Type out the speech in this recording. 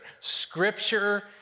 Scripture